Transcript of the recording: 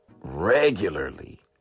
regularly